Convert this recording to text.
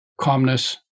calmness